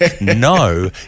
no